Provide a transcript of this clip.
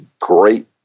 great